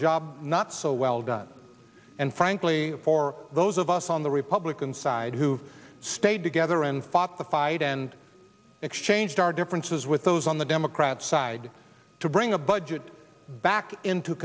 job not so well done and frankly for those of us on the republican side who stayed together and fought the fight and exchanged our differences with those on the democrat side to bring a budget back into